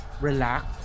relax